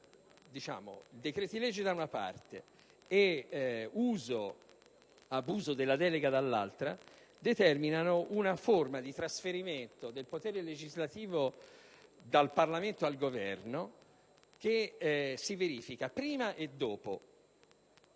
Decreti-legge da una parte e uso/abuso della delega dall'altra determinano una forma di trasferimento del potere legislativo dal Parlamento al Governo che si verifica prima e dopo: